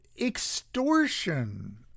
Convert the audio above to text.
extortion